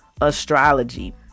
astrology